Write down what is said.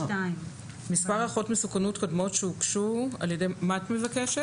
מה את מבקשת?